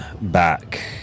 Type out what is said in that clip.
back